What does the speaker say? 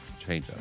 changeup